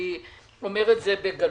אני אומר את זה בגלוי,